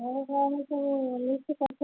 ହଉ ହଉ ତାହାଲେ ମୁଁ ଲିଷ୍ଟ କରିଥିବି